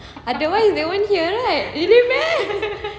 otherwise they wouldn't hear right really meh